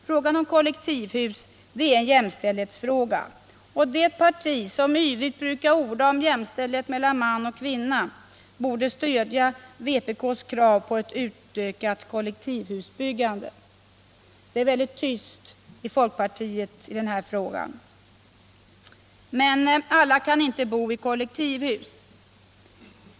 Frågan kom kollektivhus är en jämställdhetsfråga, och det parti som yvigt brukar orda om jämställdhet mellan man och kvinna borde stödja vpk:s krav på ett utökat kollektivhusbyggande. Det är väldigt tyst i folkpartiet i den här frågan. Men alla kan inte bo i kollektivhus.